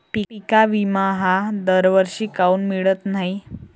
पिका विमा हा दरवर्षी काऊन मिळत न्हाई?